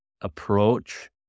approach